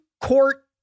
court